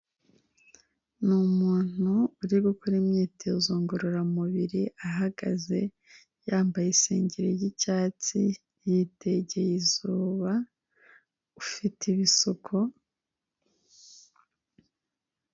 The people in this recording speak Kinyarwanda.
Ni umuntu uri gukora imyitozo ngororamubiri, ahagaze yambaye isengeri y'icyatsi, yitegeye izuba ufite ibisuko.